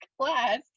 class